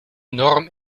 norm